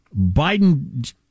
Biden